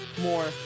more